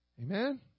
Amen